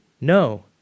No